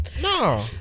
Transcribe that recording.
no